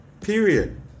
period